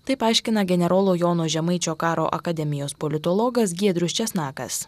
taip aiškina generolo jono žemaičio karo akademijos politologas giedrius česnakas